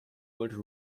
would